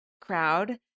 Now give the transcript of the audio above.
crowd